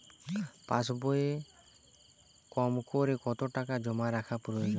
পাশবইয়ে কমকরে কত টাকা জমা রাখা প্রয়োজন?